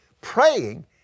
Praying